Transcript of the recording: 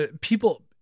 people